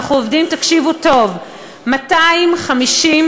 אנחנו עובדים,